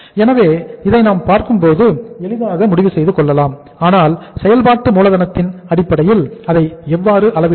எனவே இதை நாம் பார்க்கும் போது எளிதாக முடிவு செய்து கொள்ளலாம் ஆனால் செயல்பாட்டு மூலதனத்தின் அடிப்படையில் அதை எவ்வாறு அளவிடுவது